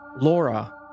Laura